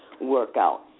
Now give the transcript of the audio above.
workout